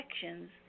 sections